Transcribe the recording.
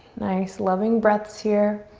nice loving breaths here.